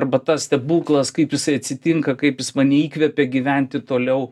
arba tas stebuklas kaip jisai atsitinka kaip jis mane įkvepia gyventi toliau